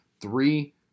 three